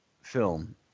film